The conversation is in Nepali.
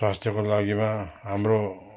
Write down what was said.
स्वास्थ्यको लागि हाम्रो